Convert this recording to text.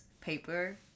paper